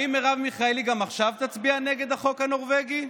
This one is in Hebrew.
האם מרב מיכאלי גם עכשיו תצביע נגד החוק הנורבגי?